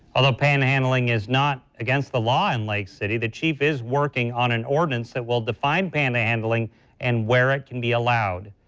although panhandling is not against law in lake city, the chief is working on an ordinance that will define panhandling and where it can be allowed.